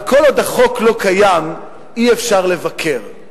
אבל כל עוד החוק לא קיים, אי-אפשר לבקר.